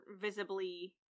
visibly